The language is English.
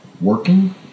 working